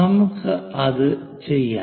നമുക്ക് അത് ചെയ്യാം